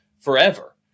forever